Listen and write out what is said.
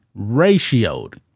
ratioed